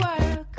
work